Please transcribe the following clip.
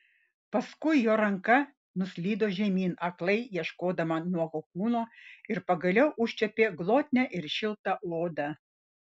paskui jo ranka nuslydo žemyn aklai ieškodama nuogo kūno ir pagaliau užčiuopė glotnią ir šiltą odą